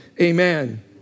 Amen